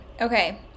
Okay